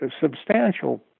substantial